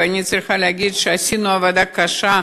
ואני צריכה להגיד שעשינו עבודה קשה,